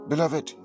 Beloved